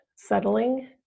settling